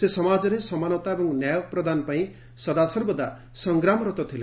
ସେ ସମାଜରେ ସମାନତା ଏବଂ ନ୍ୟାୟ ପ୍ରଦାନ ପାଇଁ ସଦାସର୍ବଦା ସଂଗ୍ରାମରତ ଥିଲେ